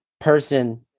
person